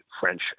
French